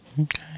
Okay